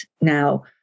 Now